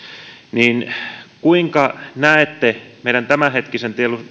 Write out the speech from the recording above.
puhutaan kuinka näette meidän tämänhetkisen